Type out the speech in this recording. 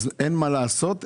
אין מה לעשות?